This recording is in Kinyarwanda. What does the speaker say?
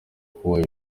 kubaha